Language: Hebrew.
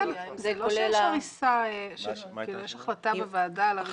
זה לא שיש החלטה בוועדה על הריסה כזו או אחרת.